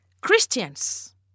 Christians